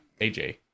AJ